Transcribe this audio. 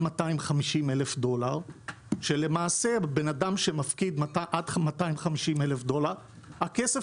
250,000 דולר שלמעשה בן אדם שמפקיד עד 250,000 דולר הכסף